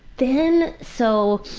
then so.